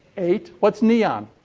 eight. what's neon?